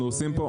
אנחנו עושים פה,